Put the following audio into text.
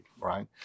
right